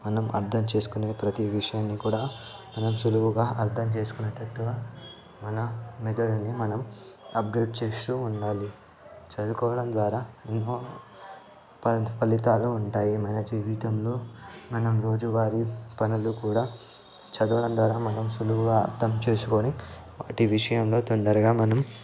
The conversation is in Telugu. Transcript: మనం అర్థం చేసుకునే ప్రతి విషయాన్ని కూడా మనం సులువుగా అర్థం చేసుకునేటట్టుగా మన మెదడుని మనం అభివృద్ధి చేస్తూ ఉండాలి చదువుకోవడం ద్వారా ఎన్నో ఫల్ ఫలితాలు ఉంటాయి మన జీవితంలో మనం రోజువారి పనులు కూడా చదవడం ద్వారా మనం సులువుగా అర్థం చేసుకోని వాటి విషయంలో తొందరగా మనం